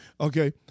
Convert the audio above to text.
Okay